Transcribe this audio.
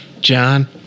John